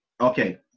Okay